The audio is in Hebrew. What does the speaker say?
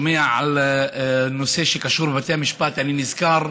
מזה שהונח על שולחן הכנסת וזוכה